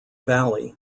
valley